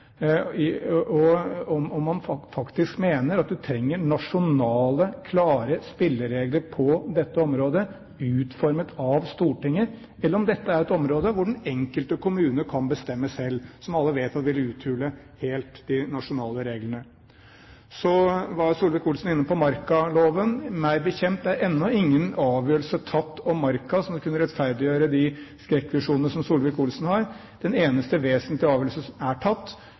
og om man faktisk mener at vi trenger nasjonale, klare spilleregler på dette området utformet av Stortinget, eller om dette er et område hvor den enkelte kommune kan bestemme selv, noe alle vet ville uthule de nasjonale reglene helt. Så var Solvik-Olsen inne på markaloven. Meg bekjent er det ennå ikke tatt noen avgjørelse om Marka som kan rettferdiggjøre de skrekkvisjonene som Solvik-Olsen har. Den eneste vesentlige avgjørelse som er tatt,